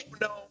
No